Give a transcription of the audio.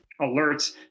alerts